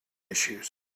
issues